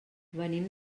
venim